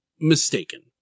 mistaken